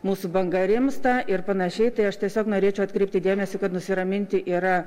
mūsų banga rimsta ir panašiai tai aš tiesiog norėčiau atkreipti dėmesį kad nusiraminti yra